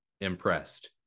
impressed